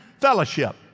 fellowship